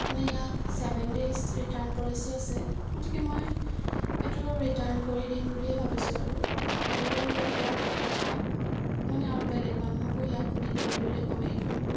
মানে ইয়াক seven days return policy আছে গতিকে মই এইটো ৰিটাৰ্ণ কৰি দিম বুলিয়ে ভাবিছোঁ আৰু আৰু ইয়াক মানে আৰু বেলেগ মানুহকো ইয়াক নিকিনিবলৈ ক'ম এই ফোনটো